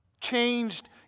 changed